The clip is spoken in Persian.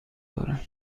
دارم